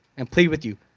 and plead with you,